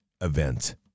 event